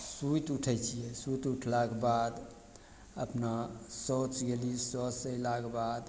सुति उठय छियै सुति उठलाके बाद अपना शौच गेली शौचसँ अयलाके बाद